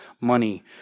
money